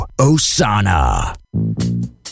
Osana